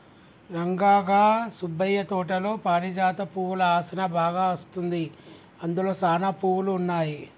రంగా గా సుబ్బయ్య తోటలో పారిజాత పువ్వుల ఆసనా బాగా అస్తుంది, అందులో సానా పువ్వులు ఉన్నాయి